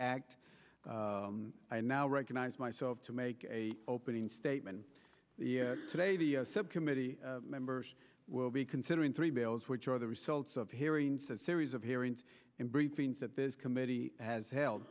act i now recognize myself to make a opening statement today the subcommittee members will be considering three emails which are the results of hearings a series of hearings and briefings that this committee has held